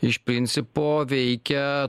iš principo veikia